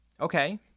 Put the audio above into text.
Okay